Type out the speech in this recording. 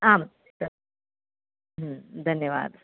आं तत् धन्यवादः